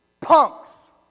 punks